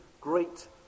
great